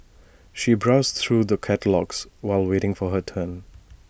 she browsed through the catalogues while waiting for her turn